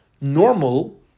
normal